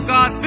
God